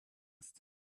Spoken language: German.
hast